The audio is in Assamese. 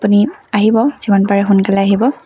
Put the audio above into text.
আপুনি আহিব যিমান পাৰে সোনকালে আহিব